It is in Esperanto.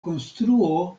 konstruo